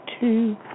two